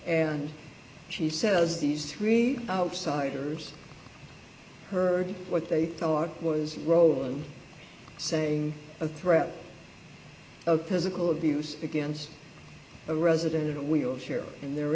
and she says these three outsiders heard what they thought was roland saying a threat of physical abuse against a resident in a wheelchair when they're